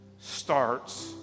starts